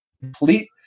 complete